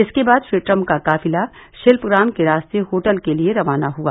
इसके बाद श्री ट्रम्प का काफिला शिल्यग्राम के रास्ते होटल के लिये खाना हुआ